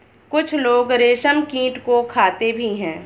कुछ लोग रेशमकीट को खाते भी हैं